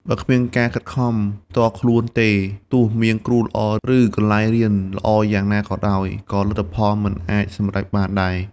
បើគ្មានការខិតខំផ្ទាល់ខ្លួនទេ ទោះមានគ្រូល្អ ឬកន្លែងរៀនល្អយ៉ាងណាក៏ដោយ ក៏លទ្ធផលមិនអាចសម្រេចបានដែរ។